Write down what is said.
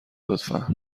لطفا